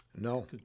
No